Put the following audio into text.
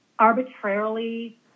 arbitrarily